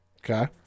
Okay